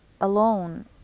alone